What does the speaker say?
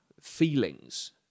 feelings